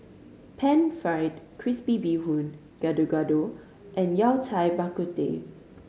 Pan Fried Crispy Bee Hoon Gado Gado and Yao Cai Bak Kut Teh